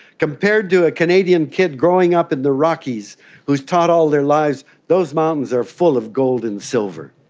compared to a canadian kid growing up in the rockies who is taught all their lives those mountains are full of gold and silver.